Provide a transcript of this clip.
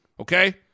okay